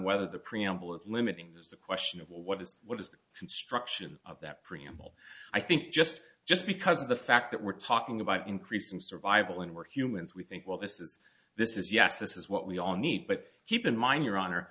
whether the preamble is limiting is the question of what is what is the construction of that preamble i think just just because of the fact that we're talking about increasing survival and we're humans we think well this is this is yes this is what we all need but keep in mind your honor